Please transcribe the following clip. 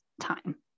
time